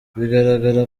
bigaragara